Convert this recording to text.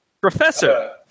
Professor